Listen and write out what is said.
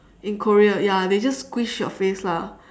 in korea ya they just squish your face lah